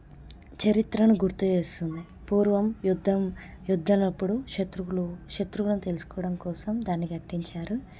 చరిత్రను గుర్తు చేస్తుంది పూర్వం యుద్ధం యుద్ధమప్పుడు శత్రువులు శత్రువులని తెలుసుకోవడం కోసం దాన్ని కట్టించారు